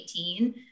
2018